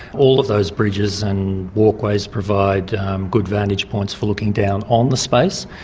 all of those bridges and walkways provide good vantage points for looking down on the space.